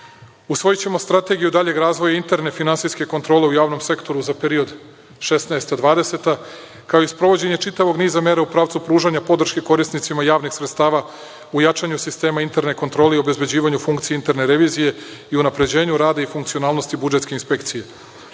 korupcije. Usvojićemo strategiju daljeg razvoja interne finansijske kontrole u javnom sektoru za period 2016. – 2020. godina, kao i sprovođenja čitavog niza mera u pravcu pružanja podrške korisnicima javnih sredstava u jačanju sistema interne kontrole i obezbeđivanju funkcije interne revizije i unapređenju rada i funkcionalnosti budžetske inspekcije.